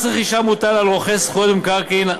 מס רכישה מוטל על רוכש זכויות במקרקעין.